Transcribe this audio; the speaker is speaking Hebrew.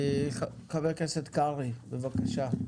חבר הכנסת קרעי בבקשה.